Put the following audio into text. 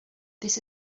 this